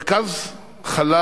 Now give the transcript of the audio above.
מרכז חלל